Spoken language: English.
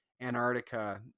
Antarctica